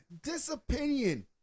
Disopinion